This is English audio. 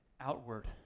outward